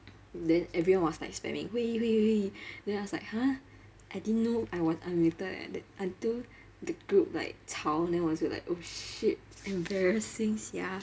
then everyone was like spamming hui yi hui yi hui yi then I was like !huh! I didn't know I was unmuted eh that until the group like 吵 then 我就 like oh shit embarrassing sia